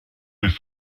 des